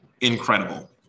incredible